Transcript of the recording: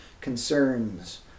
concerns